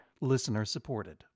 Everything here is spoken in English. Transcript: Listener-supported